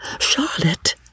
Charlotte